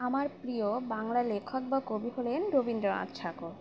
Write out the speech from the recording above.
আমার প্রিয় বাংলা লেখক বা কবি হলেন রবীন্দ্রনাথ ঠাকুর